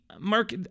Mark